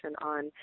on